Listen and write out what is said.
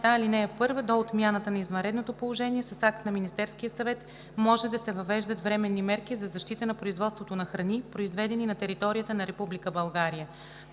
„Чл. 16а. (1) До отмяната на извънредното положение с акт на Министерския съвет може да се въвеждат временни мерки за защита на производството на храни, произведени на територията на Република